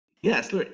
yes